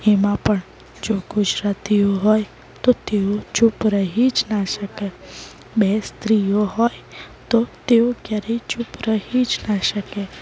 એમાં પણ જો ગુજરાતીઓ હોય તો તેઓ ચૂપ રહી જ ના શકે બે સ્ત્રીઓ હોય તો તેઓ ક્યારેય ચૂપ રહી જ ના શકે